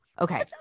Okay